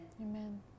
Amen